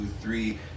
three